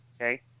Okay